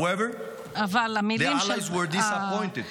ואולם הם התאכזבו,